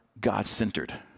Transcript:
God-centered